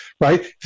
right